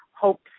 hopes